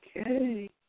Okay